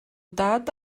dad